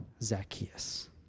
Zacchaeus